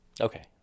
Okay